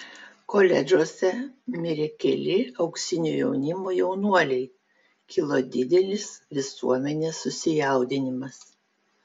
koledžuose mirė keli auksinio jaunimo jaunuoliai kilo didelis visuomenės susijaudinimas